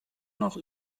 noch